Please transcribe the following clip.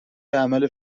عمل